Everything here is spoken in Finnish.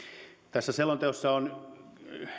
tässä selonteossa on